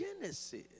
Genesis